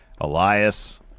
Elias